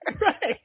Right